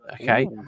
okay